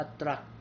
attract